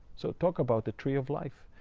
so talk about the tree of life.